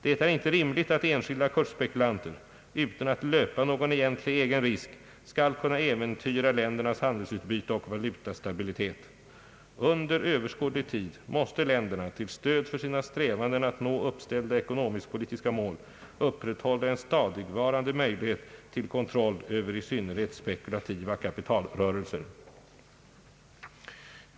Det är inte rimligt att enskilda kursspekulanter — utan att löpa någon egentlig egen risk — skall kunna äventyra ländernas handelsutbyte och valutastabilitet. Under över: skådlig tid måste länderna till stöd för sina strävanden att nå uppställda eko: nomisk-politiska mål upprätthålla en stadigvarande möjlighet till kontroll över i synnerhet spekulativa kapitalrörelser.